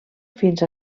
fins